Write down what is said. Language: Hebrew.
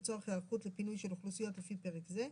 לצורך היערכות לפינוי של אוכלוסיות לפי פרק זה.